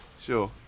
sure